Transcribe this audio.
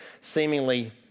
seemingly